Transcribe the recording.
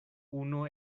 unu